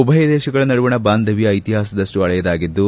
ಉಭಯ ದೇಶಗಳ ನಡುವಣ ಬಾಂಧವ್ಯ ಇತಿಹಾಸದಷ್ಟು ಹಳೆಯದಾಗಿದ್ದು